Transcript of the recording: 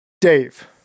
Dave